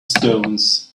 stones